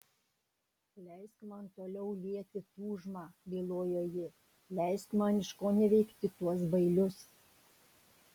leisk man toliau lieti tūžmą bylojo ji leisk man iškoneveikti tuos bailius